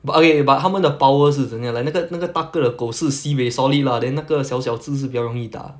but okay but 它们的 power 是怎样 like 那个那个大个狗是 sibei solid lah then 那个小小只是比较容易打